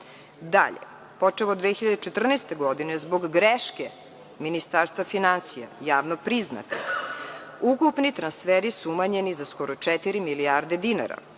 počev od 2014. godine zbog greške Ministarstva finansija, javno priznate, ukupni transferi su umanjeni za skoro četiri milijarde dinara